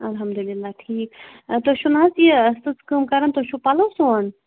اَلحمدُاللہ ٹھیٖک تُہۍ چھُو نا حظ یہِ سٔژ کٲم کَران تُہۍ چھُو پَلو سُوان